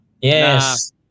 Yes